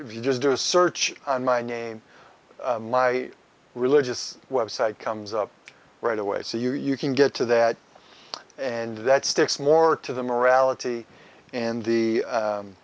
you just do a search on my name my religious website comes up right away so you can get to that and that sticks more to the morality in the